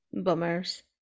Bummers